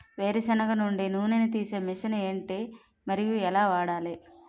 వేరు సెనగ నుండి నూనె నీ తీసే మెషిన్ ఏంటి? మరియు ఎలా వాడాలి?